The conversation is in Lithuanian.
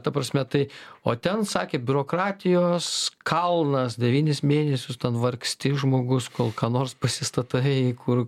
ta prasme tai o ten sakė biurokratijos kalnas devynis mėnesius ten vargsti žmogus kol ką nors pasistatai kur